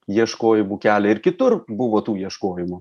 ieškojimų kelią ir kitur buvo tų ieškojimų